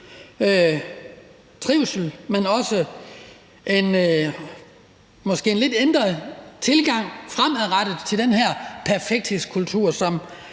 trivsel, men måske også ud fra en lidt ændret tilgang fremadrettet til den her perfekthedskultur, som